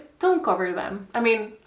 don't cover them i mean,